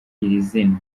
zina